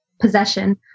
possession